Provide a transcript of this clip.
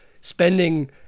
spending